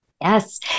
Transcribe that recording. Yes